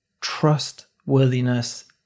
Trustworthiness